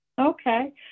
Okay